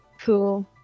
cool